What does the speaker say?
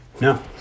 no